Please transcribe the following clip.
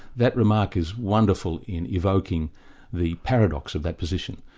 that remark is wonderful in evoking the paradox of that position,